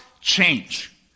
change